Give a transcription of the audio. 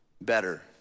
better